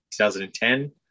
2010